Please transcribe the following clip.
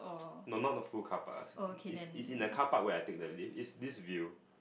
no not the full carpark is is in the carpark where I take the lift is this view